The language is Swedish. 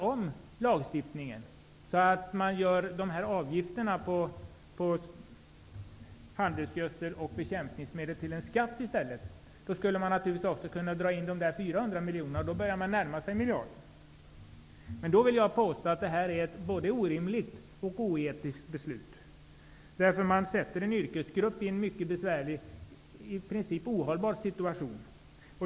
Om lagstiftningen görs om så att dessa avgifter på handelsgödsel och bekämpningsmedel blir en skatt i stället, skulle man även kunna dra in dessa 400 miljoner kronor. Då börjar vi närma oss miljarden. Men jag vill påstå att detta är ett orimligt och oetiskt förslag. Man sätter en yrkesgrupp i en mycket besvärlig, i princip ohållbar, situation.